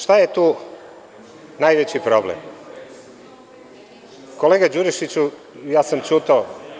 Šta je tu najveći problem? [[Marko Đurišić, s mesta: Ne možeš ti da praviš pauzu od minut.]] Kolega Đurišiću, ja sam ćutao.